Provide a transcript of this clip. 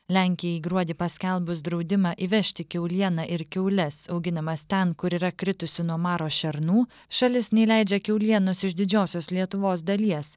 lenkijai gruodį paskelbus draudimą įvežti kiaulieną ir kiaules auginamas ten kur yra kritusių nuo maro šernų šalis neįleidžia kiaulienos iš didžiosios lietuvos dalies